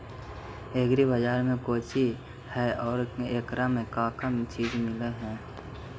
Agri बाजार कोची हई और एकरा में का का चीज मिलै हई?